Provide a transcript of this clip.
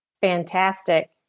Fantastic